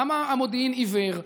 למה המודיעין עיוור?